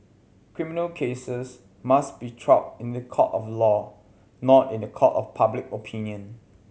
criminal cases must be tried in the court of law not in the court of public opinion